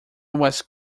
was